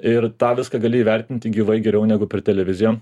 ir tą viską gali įvertinti gyvai geriau negu per televiziją